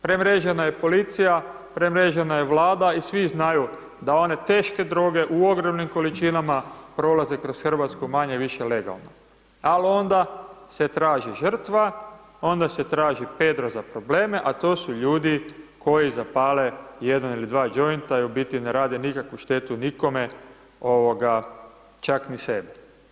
Premrežena je policija, premrežena je Vlada i svi znaju da one teške droge u ogromnim količinama prolaze kroz Hrvatsku manje-više legalno ali onda se traći žrtva, onda se traži Pedro za probleme a to su ljudi koji zapale jedan ili dva jointa i u biti ne rade nikakvu štetu nikome, čak ni sebi.